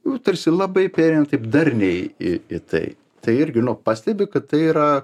nu tarsi labai pereina taip darniai į į tai tai irgi nu pastebi kad tai yra